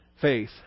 faith